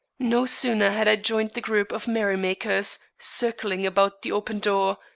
no sooner had i joined the group of merry-makers circling about the open door,